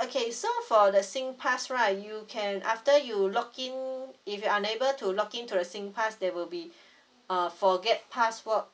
okay so for the sing pass right you can after you login if you are unable to login to the sing pass there will be uh forget password